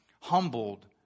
humbled